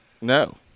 No